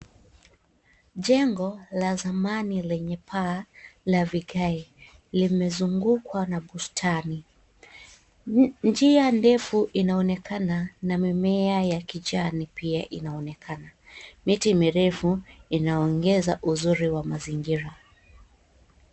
Jengo la zamani lenye paa la vigae, limezungukwa na bustani. Njia ndefu inaonekana, na mimea ya kijani pia inaonekana. Miti mirefu, inaongeza uzuri wa mazingira.